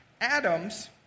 Atoms